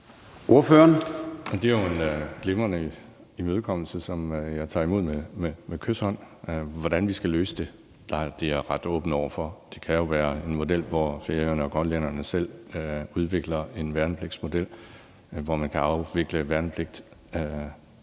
Det er jo en glimrende imødekommelse, som jeg tager imod med kyshånd. Hvordan vi skal løse det, er jeg ret åben over for. Det kan jo være en model, hvor færingerne og grønlænderne selv udvikler en værnepligtsmodel, hvorunder man for en færings